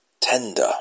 tender